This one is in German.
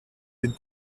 den